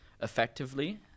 effectively